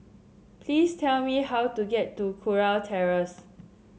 please tell me how to get to Kurau Terrace